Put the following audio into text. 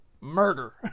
murder